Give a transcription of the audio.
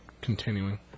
continuing